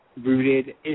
rooted